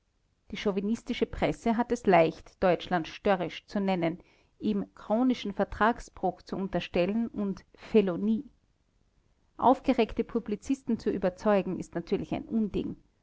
die chauvinistische presse hat es leicht deutschland störrisch zu nennen ihm chronischen vertragsbruch zu unterstellen und felonie aufgeregte publizisten zu überzeugen ist natürlich ein unding